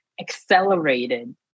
accelerated